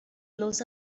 blows